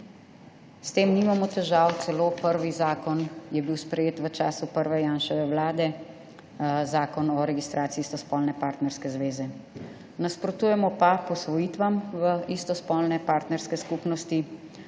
S tem nimamo težav, celo prvi zakon je bil sprejet v času prve Janševe vlade, Zakon o registraciji istospolne partnerske zveze, nasprotujemo pa posvojitvam v istospolne partnerske skupnosti.